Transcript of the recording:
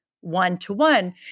one-to-one